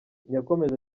yakomeje